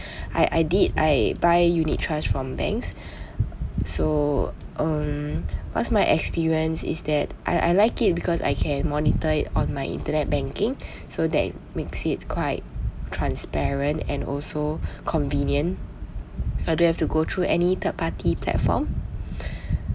I I did I buy unit trusts from banks so um what's my experience is that I I like it because I can monitor it on my internet banking so that makes it quite transparent and also convenient I don't have to go through any third party platform